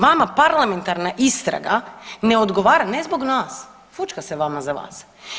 Vama parlamentarna istraga ne odgovara ne zbog nas, fućka se vama za vas.